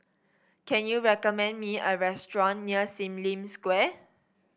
can you recommend me a restaurant near Sim Lim Square